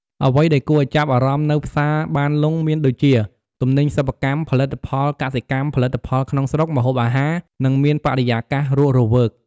អ្វីដែលគួរឲ្យចាប់អារម្មណ៍នៅផ្សារបានលុងមានដូចជា ទំនិញសិប្បកម្ម ផលិតផលកសិកម្ម ផលិតផលក្នុងស្រុក ម្ហូបអាហារ និងមានបរិយាកាសរស់រវើក។